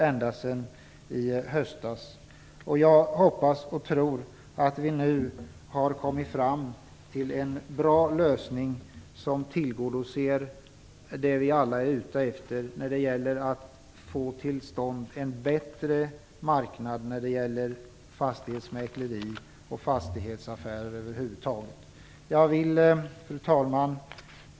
Jag hoppas - ja, jag tror - att vi nu har kommit fram till en bra lösning som tillgodoser vad vi alla är ute efter när det gäller att få till stånd en bättre marknad för fastighetsmäkleri och fastighetsaffärer över huvud taget. Fru talman!